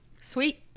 Sweet